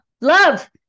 love